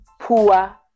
poor